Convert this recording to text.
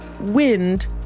wind